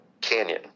Canyon